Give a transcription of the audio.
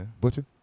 Butcher